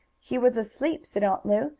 he was asleep, said aunt lu.